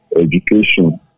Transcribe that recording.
education